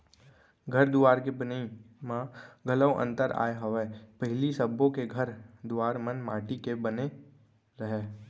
घर दुवार के बनई म घलौ अंतर आय हवय पहिली सबो के घर दुवार मन माटी के बने रहय